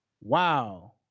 Wow